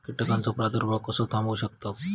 कीटकांचो प्रादुर्भाव कसो थांबवू शकतव?